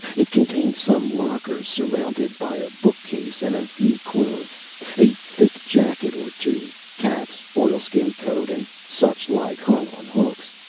it contained some lockers surmounted by a bookcase and a few clothes, a thick jacket or two, caps, oilskin coat, and such like, hung on hooks.